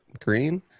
green